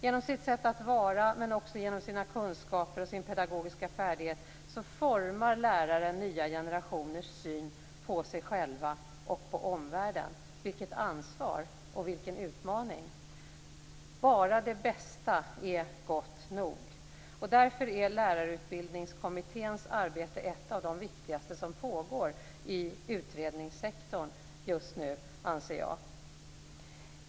Genom sitt sätt att vara, men också genom sina kunskaper och sin pedagogiska färdighet, formar läraren nya generationers syn på sig själva och på omvärlden. Vilket ansvar, och vilken utmaning! Bara det bästa är gott nog. Därför är Lärarutbildningskommitténs arbete ett av de viktigaste som pågår i utredningssektorn just nu, anser jag.